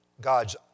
God's